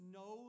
no